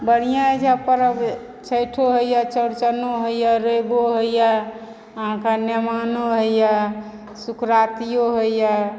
बढ़िआँ अछि पर्व छठिओ होइए चौरचनो होइए रविओ होइए अहाँक नेमानो होइए सुकरातिओ होइए